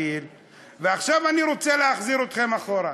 ועכשיו אני רוצה להחזיר אתכם אחורה,